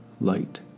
light